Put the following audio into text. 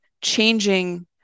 changing